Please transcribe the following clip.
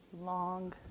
long